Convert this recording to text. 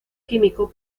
químico